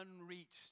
unreached